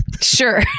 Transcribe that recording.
Sure